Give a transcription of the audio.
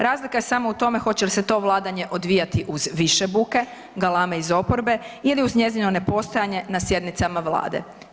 Razlika je samo u tome hoće li se to vladanje odvijati uz više buke, galame iz oporbe ili uz njezino nepostojanje na sjednicama Vlade.